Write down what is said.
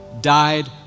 died